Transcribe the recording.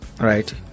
right